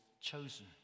chosen